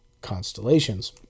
constellations